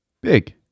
Big